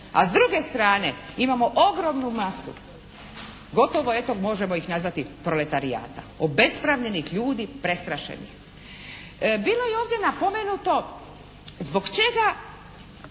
A s druge strane imamo ogromnu masu. Gotovo eto možemo ih nazvati proletarijata, obespravljenih ljudi, prestrašenih. Bilo je ovdje napomenuto zbog čega